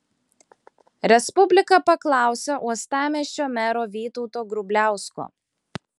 respublika paklausė uostamiesčio mero vytauto grubliausko